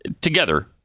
Together